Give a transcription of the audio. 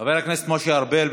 חבר הכנסת משה ארבל,